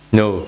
no